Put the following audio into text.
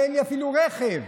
אין לי אפילו רכב.